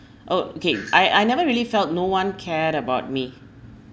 oh okay I I never really felt no one cared about me